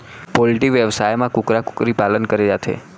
poultry बेवसाय म कुकरा कुकरी पालन करे जाथे